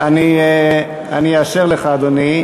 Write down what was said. אני אאשר לך, אדוני.